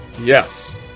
yes